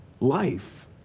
life